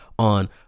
On